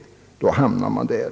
Då hamnar man där.